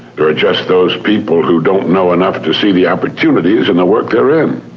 there are just those people who don't know enough to see the opportunities in the work they're in.